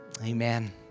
Amen